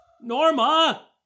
Norma